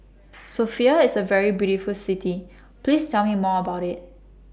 Sofia IS A very beautiful City Please Tell Me More about IT